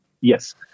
Yes